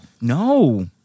No